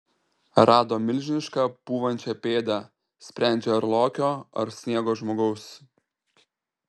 rado milžinišką pūvančią pėdą sprendžia ar lokio ar sniego žmogaus